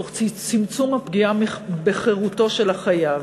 תוך צמצום הפגיעה בחירותו של החייב.